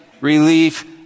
relief